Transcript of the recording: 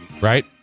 right